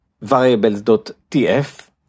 variables.tf